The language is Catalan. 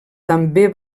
també